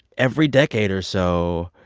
every decade or so,